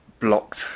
blocked